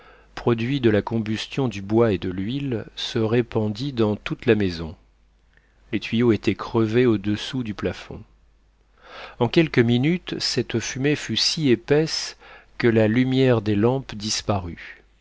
produit de la combustion du bois et de l'huile se répandit dans toute la maison les tuyaux étaient crevés audessous du plafond en quelques minutes cette fumée fut si épaisse que la lumière des lampes disparut